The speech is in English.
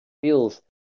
feels